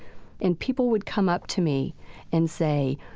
and people would come up to me and say,